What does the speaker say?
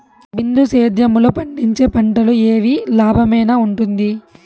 బిందు సేద్యము లో పండించే పంటలు ఏవి లాభమేనా వుంటుంది?